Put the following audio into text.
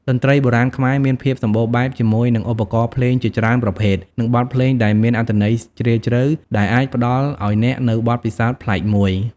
តន្ត្រីបុរាណខ្មែរ មានភាពសម្បូរបែបជាមួយនឹង ឧបករណ៍ភ្លេងជាច្រើនប្រភេទ និងបទភ្លេងដែលមានអត្ថន័យជ្រាលជ្រៅ ដែលអាចផ្ដល់ឱ្យអ្នកនូវបទពិសោធន៍ប្លែកមួយ។